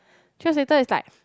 three years later is like